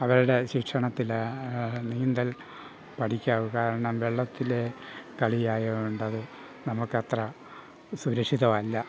അവരുടെ ശിക്ഷണത്തിലാണ് നീന്തൽ പഠിക്കാവു കാരണം വെള്ളത്തിൽ കളിയായതുകൊണ്ടത് നമുക്ക് അത്ര സുരക്ഷിതമല്ല